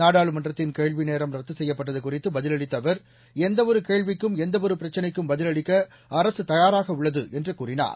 நாடாளுமன்றத்தின் கேள்வி நேரம் ரத்து செய்யப்பட்டது குறித்து பதிலளித்த அவர் எந்தவொரு கேள்விக்கும் எந்தவொரு பிரச்சினைக்கும் பதிலளிக்க அரசு தயாராக உள்ளதாக கூறினார்